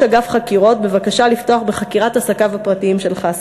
אגף חקירות בבקשה לפתוח בחקירת עסקיו הפרטיים של חסן.